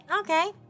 Okay